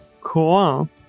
Cool